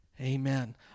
amen